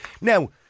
Now